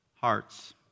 hearts